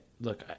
look